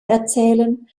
erzählen